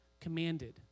commanded